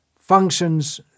functions